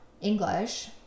English